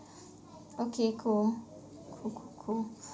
okay cool cool cool cool